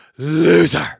Loser